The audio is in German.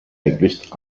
eigentlich